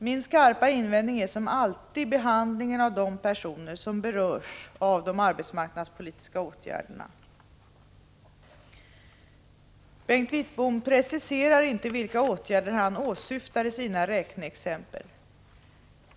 Min skarpa invändning är som alltid behandlingen av de personer som berörs av de arbetsmarknadspolitiska åtgärderna. Bengt Wittbom preciserar inte vilka åtgärder han åsyftar i sina räkneexempel.